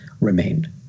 remained